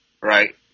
right